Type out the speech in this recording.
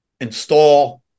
install